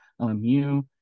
LMU